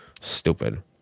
stupid